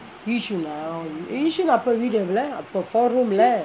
yishun ah yishun அப்பே வீடு எவ்ளே அப்பே:appae veedu evlae appae four rooms லே:lae